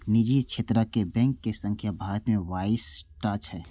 निजी क्षेत्रक बैंक के संख्या भारत मे बाइस टा छै